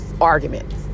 arguments